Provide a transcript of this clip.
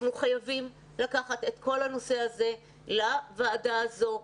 אנחנו חייבים לקחת את כל הנושא הזה לוועדה הזו.